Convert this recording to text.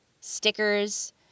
stickers